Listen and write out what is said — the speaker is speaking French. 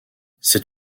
c’est